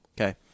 Okay